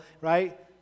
right